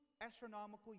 astronomical